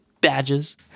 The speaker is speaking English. badges